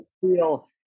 feel